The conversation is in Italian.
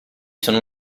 sono